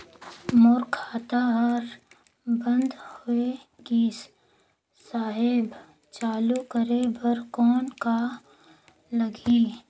मोर खाता हर बंद होय गिस साहेब चालू करे बार कौन का लगही?